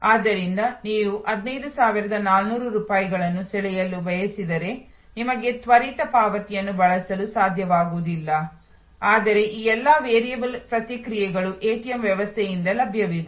ಆದ್ದರಿಂದ ನೀವು 15400 ರೂಪಾಯಿಗಳನ್ನು ಸೆಳೆಯಲು ಬಯಸಿದರೆ ನಿಮಗೆ ತ್ವರಿತ ಪಾವತಿಯನ್ನು ಬಳಸಲು ಸಾಧ್ಯವಾಗುವುದಿಲ್ಲ ಆದರೆ ಈ ಎಲ್ಲಾ ವೇರಿಯಬಲ್ ಪ್ರತಿಕ್ರಿಯೆಗಳು ಎಟಿಎಂ ವ್ಯವಸ್ಥೆಯಿಂದ ಲಭ್ಯವಿದೆ